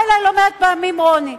בא אלי לא מעט פעמים רוני,